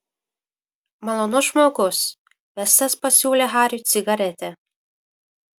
malonus žmogus vestas pasiūlė hariui cigaretę